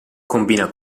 combina